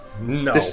No